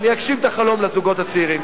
ואני אגשים את החלום לזוגות הצעירים.